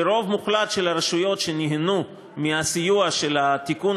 שהרוב המוחלט של הרשויות שנהנו מהסיוע של התיקון